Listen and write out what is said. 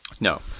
No